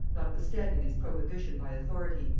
notwithstanding its prohibition by authority,